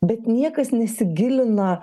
bet niekas nesigilina